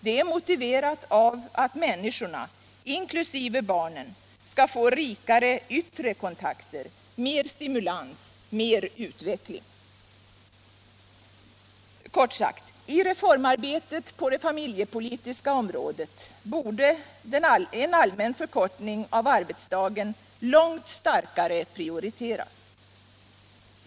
Det är motiverat av att människorna, inkl. barnen, skall få rikare yttre kontakter, mer stimulans och mer utveckling. Kort sagt: i reformarbetet på det familjepolitiska området borde en allmän förkortning av arbetsdagen långt starkare prioriteras.